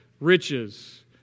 riches